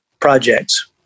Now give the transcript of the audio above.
projects